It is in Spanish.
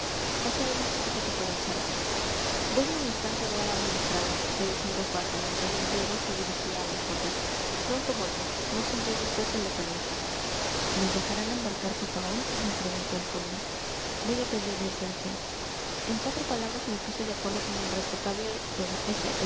paseemos un poquito por el charco voy un instante a ver al administrador le dije en voz baja mientras d diego se dirigía a los botes pronto vuelvo no se olvide vd de los anises nos dejarán embarcar pipaón me preguntó el conde voy a pedir licencia en cuatro palabras me puse de acuerdo con el respetable d